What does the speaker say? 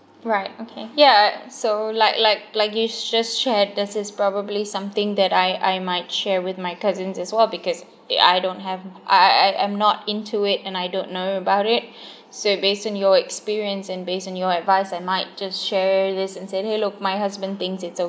right okay ya so like like like you just shared this is probably something that I I might share with my cousins as well because I don't have I I am not into it and I don't know about it so based on your experience and based on your advice I might just share this and say !hey! look my husband thinks it's okay